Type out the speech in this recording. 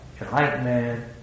enlightenment